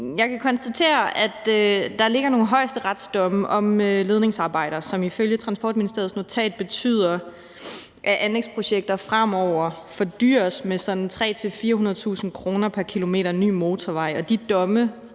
Jeg kan konstatere, at der ligger nogle højesteretsdomme om ledningsarbejder, som ifølge Transportministeriets notat betyder, at anlægsprojekter fremover fordyres med 300.000-400.000 kr. pr. kilometer ny motorvej, og de domme,